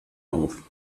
auf